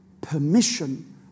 permission